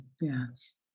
yes